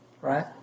Right